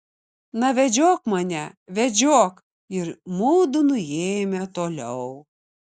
na vedžiok mane vedžiok ir mudu nuėjome toliau